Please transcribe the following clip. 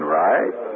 right